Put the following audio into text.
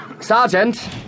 Sergeant